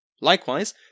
Likewise